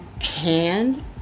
hand